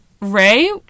Ray